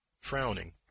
frowning